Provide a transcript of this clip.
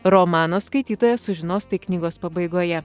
romano skaitytojas sužinos tik knygos pabaigoje